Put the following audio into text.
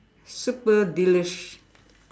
super delish